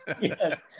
Yes